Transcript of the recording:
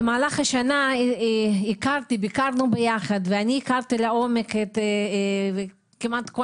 במהלך השנה ביקרנו ביחד ואני הכרתי לעומק כמעט את כל